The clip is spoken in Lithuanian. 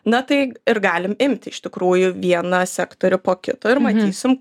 na tai ir galim imti iš tikrųjų vieną sektorių po kito ir matysim